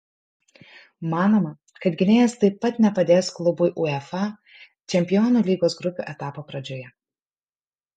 manoma kad gynėjas taip pat nepadės klubui uefa čempionų lygos grupių etapo pradžioje